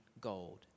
gold